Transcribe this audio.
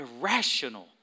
irrational